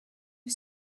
you